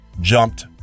jumped